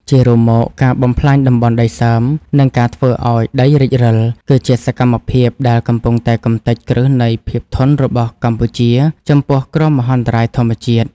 ជារួមមក ការបំផ្លាញតំបន់ដីសើម និងការធ្វើឱ្យដីរិចរឹល គឺជាសកម្មភាពដែលកំពុងតែកម្ទេចគ្រឹះនៃភាពធន់របស់កម្ពុជាចំពោះគ្រោះមហន្តរាយធម្មជាតិ។